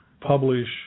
publish